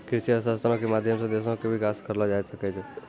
कृषि अर्थशास्त्रो के माध्यम से देशो के विकास करलो जाय सकै छै